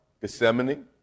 Gethsemane